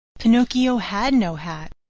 pinocchio had no hat,